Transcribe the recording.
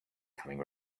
coming